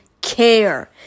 care